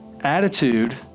Attitude